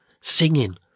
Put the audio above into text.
singing